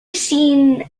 seen